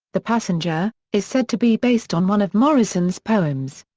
the passenger, is said to be based on one of morrison's poems.